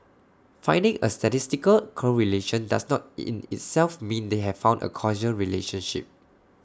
finding A statistical correlation does not in itself mean they have found A causal relationship